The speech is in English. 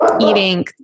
eating